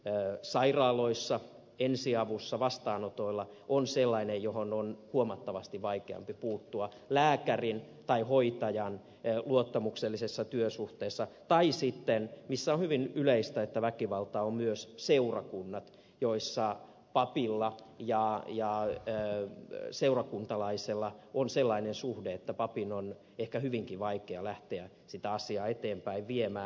näin sairaaloissa ensiavussa vastaanotoilla on sellainen johon on huomattavasti vaikeampi puuttua ja joka tapahtuu sairaaloissa ensiavussa vastaanotoilla lääkärin tai hoitajan luottamuksellisessa työsuhteessa tai sitten missä on myös hyvin yleistä että on väkivaltaa seurakunnissa joissa papilla ja seurakuntalaisella on sellainen suhde että papin on ehkä hyvinkin vaikea lähteä sitä asiaa eteenpäin viemään